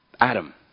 Adam